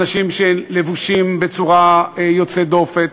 אנשים שלבושים בצורה יוצאת דופן,